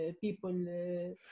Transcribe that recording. people